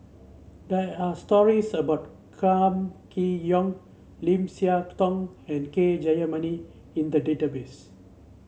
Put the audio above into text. there are stories about Kam Kee Yong Lim Siah Tong and K Jayamani in the database